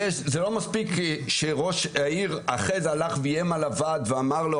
זה לא מספיק שראש העיר אחרי זה הלך ואיים על הוועד ואמר לו,